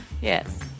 Yes